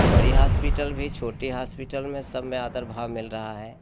बड़े हॉस्पिटल भी छोटी हॉस्पिटल में सब में आदर भाव मिल रहा है